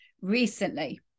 recently